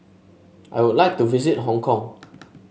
I would like to visit Hong Kong